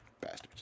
Bastards